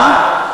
מה?